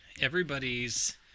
everybody's